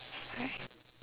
alright